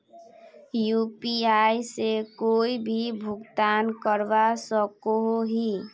UPI से कोई भी भुगतान करवा सकोहो ही?